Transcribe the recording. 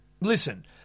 Listen